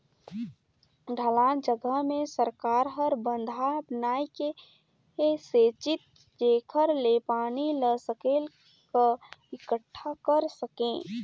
ढलान जघा मे सरकार हर बंधा बनाए के सेचित जेखर ले पानी ल सकेल क एकटठा कर सके